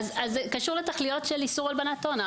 קשור לתכליות של איסור הלבנת הון.